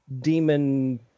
demon